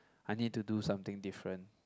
I need to do something different